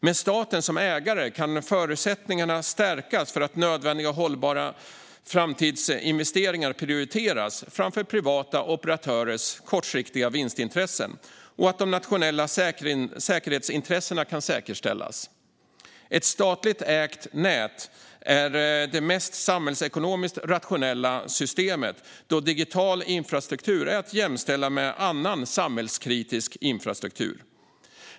Med staten som ägare kan förutsättningarna stärkas för att nödvändiga och hållbara framtidsinvesteringar prioriteras framför privata operatörers kortsiktiga vinstintressen och att de nationella säkerhetsintressena kan säkerställas. Ett statligt ägt nät är det mest samhällsekonomiskt rationella systemet, då digital infrastruktur är att jämställa med annan samhällsviktig infrastruktur.